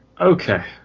Okay